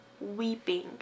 weeping